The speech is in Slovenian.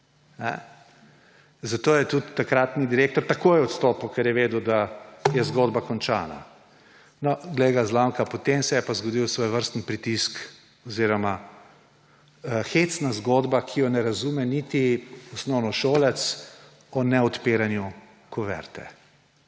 Zato je tudi takratni direktor takoj odstopil, ker je vedel, da je zgodba končana. Glej ga zlomka, potem se je pa zgodil svojevrsten pritisk oziroma hecna zgodba, ki je ne razume niti osnovnošolec, o neodpiranju kuverte,